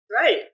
Right